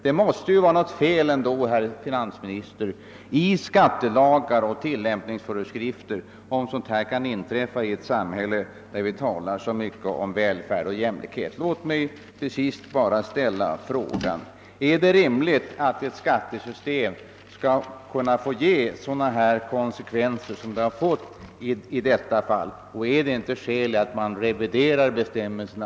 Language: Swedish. Det måste vara något fel, herr finansminister, på skattelagar och tillämpningsföreskrifter om sådant kan inträffa i ett samhälle där det talas så mycket om välfärd och jämlikhet. Låt mig till sist ställa frågan: Är det riktigt att ett skattesystem skall få medföra sådana konsekvenser som skett i detta fall och finns det inte anledning att snabbt revidera bestämmelserna?